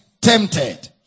tempted